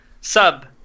sub